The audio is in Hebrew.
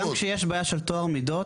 גם כשיש בעיה של טוהר מידות,